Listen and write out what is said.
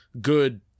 good